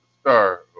star